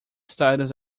status